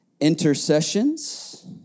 intercessions